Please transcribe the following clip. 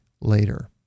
later